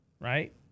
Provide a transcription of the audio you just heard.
right